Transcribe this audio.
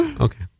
Okay